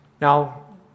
Now